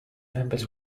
members